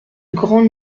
grande